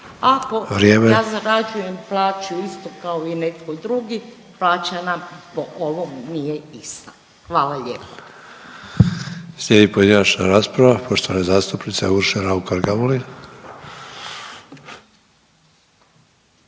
ja zarađujem plaću isto kao i netko drugi, plaća nam po ovom nije ista. Hvala lijepa. **Sanader, Ante (HDZ)** Slijedi pojedinačna rasprava, poštovana zastupnica Urša Raukar Gamulin.